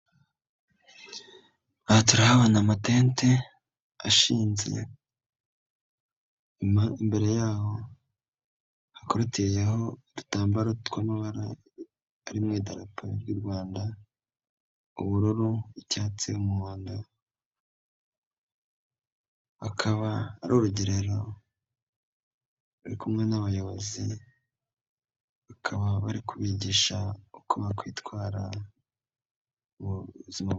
Aha turahabona amatente ashinze imbere yaho hakurikiyeho udutambaro tw'amabara ari mu idarapo ry'u Rwanda, ubururu, icyatsi, umuhondo, akaba ari urugerero bari kumwe n'abayobozi, bakaba bari kubigisha uko bakwitwara mu buzima.